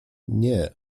nie